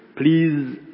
Please